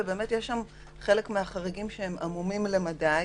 ובאמת יש שם חלק מהחריגים שהם עמומים למדי,